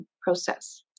process